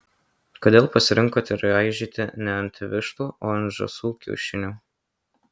kodėl pasirinkote raižyti ne ant vištų o ant žąsų kiaušinių